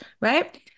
right